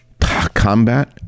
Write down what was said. Combat